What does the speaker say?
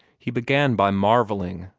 he began by marvelling,